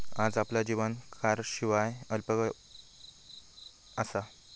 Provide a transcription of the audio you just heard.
आज आपला जीवन कारशिवाय अकल्पनीय असा